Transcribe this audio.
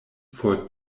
for